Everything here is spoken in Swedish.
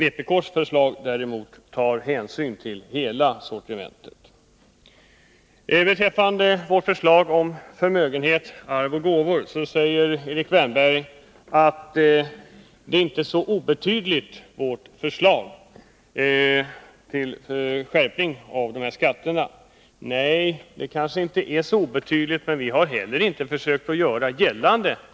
Erik Wärnberg säger vidare att vårt förslag till skärpning av skatten på förmögenhet, arv och gåvor inte är obetydligt. Nej, det kanske inte är så obetydligt, men det har vi inte heller försökt göra gällande.